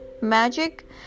magic